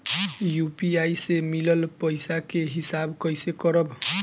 UPI से मिलल पईसा के हिसाब कइसे करब?